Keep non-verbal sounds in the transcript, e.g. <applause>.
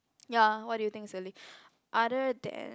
ya what do you think recently <breath> other than